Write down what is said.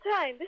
time